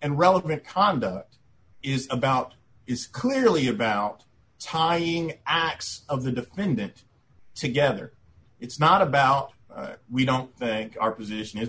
and relevant conduct is about is clearly about tying acts of the defendant together it's not about we don't think our position is